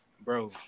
bro